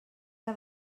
que